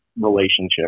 relationship